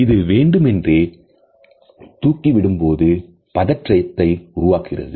இது வேண்டுமென்றே தூக்கி விடும் போது பதற்றத்தை உருவாக்குகிறது